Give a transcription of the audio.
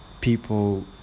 people